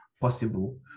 possible